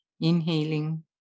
inhaling